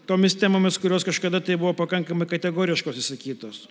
tomis temomis kurios kažkada tai buvo pakankamai kategoriškos išsakytos